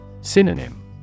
Synonym